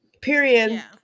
Period